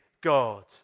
God